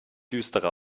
düstere